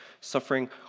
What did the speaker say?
suffering